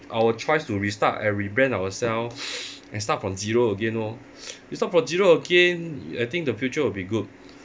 our choice to restart and rebrand ourselves and start from zero again lor you start from zero again I think the future will be good